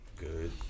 Good